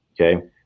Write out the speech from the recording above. Okay